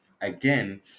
again